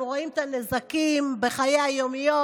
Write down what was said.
אנחנו רואים את הנזקים בחיי היום-יום,